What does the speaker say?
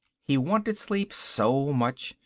he wanted sleep so much.